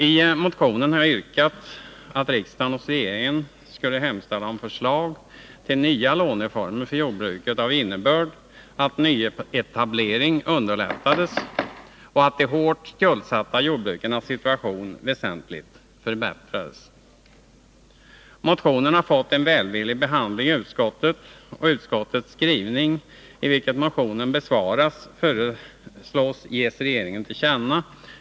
I motionen har jag yrkat att riksdagen hos regeringen skulle hemställa om förslag till nya låneformer för jordbruket av innebörd att nyetablering underlättades och att de hårt skuldsatta jordbrukarnas situation väsentligt förbättrades. Motionen har fått en välvillig behandling i utskottet, och utskottets skrivning, i vilken motionen besvaras, föreslås ges regeringen till känna.